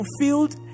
fulfilled